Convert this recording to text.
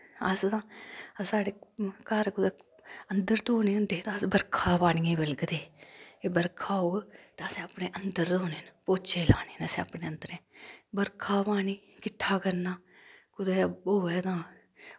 अस तां साढ़े घर कुदै अन्दर धोने होंदे हे तां अस बरखा पानियें बलगदे हे के बरखा होग ता असैं अपने अन्दर धोने न पोच्चे लाने न असैं अपनै अन्दरैं बरखा पानी किट्ठा करना कुदै होऐ तां